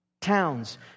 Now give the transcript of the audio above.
Towns